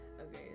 okay